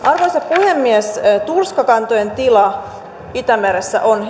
puhemies turskakantojen tila itämeressä on